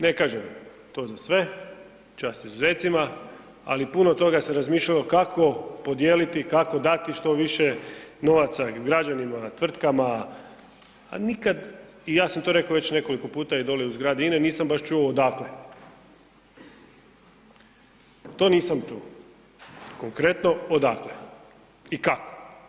Ne kažem to za sve, čast izuzecima, ali puno puta se razmišljalo kako podijeliti i kako dati što više novaca građanima, tvrtkama, a nikad i ja sam to već rekao nekoliko puta i dolje u izgradi INA-e, nisam baš čuo odakle, to nisam čuo konkretno odakle i kako.